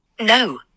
No